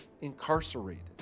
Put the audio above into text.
incarcerated